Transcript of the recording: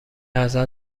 ازت